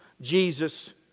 Jesus